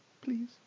please